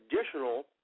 additional